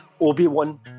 Obi-Wan